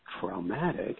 traumatic